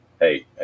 hey